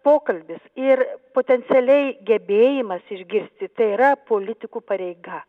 pokalbis ir potencialiai gebėjimas išgirsti tai yra politikų pareiga